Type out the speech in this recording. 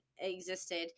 Existed